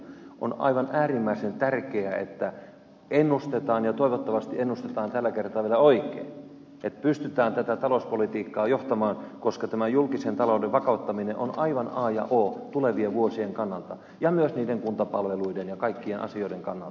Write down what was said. on aivan äärimmäisen tärkeää että ennustetaan ja toivottavasti ennustetaan tällä kertaa vielä oikein että pystytään tätä talouspolitiikkaa johtamaan koska tämä julkisen talouden vakauttaminen on aivan a ja o tulevien vuosien kannalta ja myös niiden kuntapalveluiden ja kaikkien asioiden kannalta